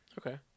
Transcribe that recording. Okay